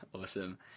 Awesome